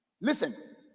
Listen